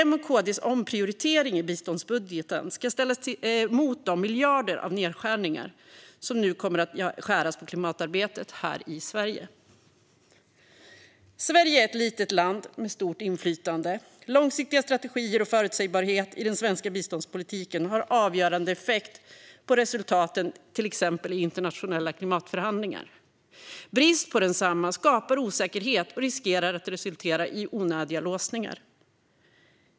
M:s och KD:s omprioritering i biståndsbudgeten ska ställas mot de miljarder av nedskärningar som nu kommer att göras på klimatarbetet här i Sverige. Sverige är ett litet land med stort inflytande. Långsiktiga strategier och förutsägbarhet i den svenska biståndspolitiken har avgörande effekt på resultaten till exempel i internationella klimatförhandlingar. Brist på detsamma skapar osäkerhet och riskerar att resultera i onödiga låsningar.